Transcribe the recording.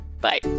Bye